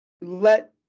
let